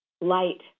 light